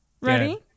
Ready